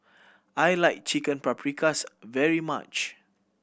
I like Chicken Paprikas very much